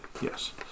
Yes